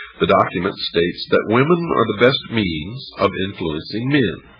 the document states that women are the best means of influencing men.